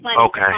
Okay